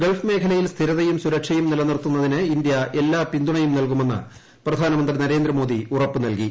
Gulf മേഖലയിൽ സ്ഥിരതയും സുരക്ഷയും നിലനിർത്തുന്നതിന് ഇന്ത്യ എല്ലാ പിന്തുണയും നല്കുമെന്ന് പ്രധാനമന്ത്രി നരേന്ദ്രമോദി ഉറപ്പു നല്കി